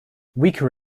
weaker